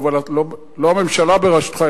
לא הממשלה בראשותך,